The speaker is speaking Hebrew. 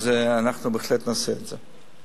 אז אנחנו בהחלט נעשה את זה.